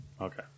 Okay